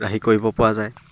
ৰাহি কৰিব পৰা যায়